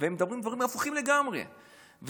והם אומרים דברים הפוכים אחרים לגמרי.